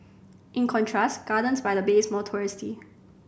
in contrast Gardens by the Bay is more touristy